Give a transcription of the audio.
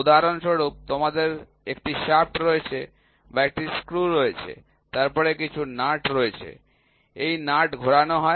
উদাহরণস্বরূপ তোমাদের একটি শাফট রয়েছে বা একটি স্ক্রু রয়েছে তারপরে কিছু নাট রয়েছে এই নাট ঘোরানো হয়